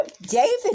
David